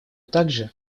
также